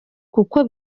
kuko